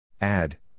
Add